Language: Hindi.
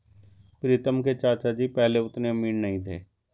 प्रीतम के चाचा जी पहले उतने अमीर नहीं थे